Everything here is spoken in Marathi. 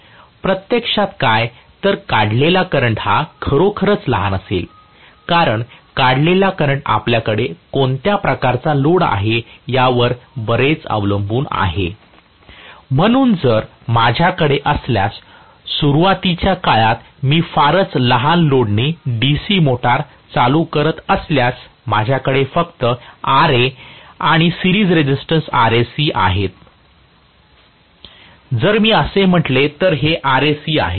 प्रत्यक्षात काय तर काढलेला करंट हा खरोखरच लहान असेल कारण काढलेला करंट आपल्याकडे कोणत्या प्रकारचा लोड आहे यावर बरेच अवलंबून आहे म्हणून जर माझ्याकडे असल्यास सुरूवातीच्या काळात मी फारच लहान लोड ने DC मोटर चालू करत असल्यास माझ्याकडे फक्त Ra आणि सिरीज रेसिस्टन्स आहे जर मी असे म्हटले तर हे Rse आहे